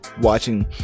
watching